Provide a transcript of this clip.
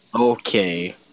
Okay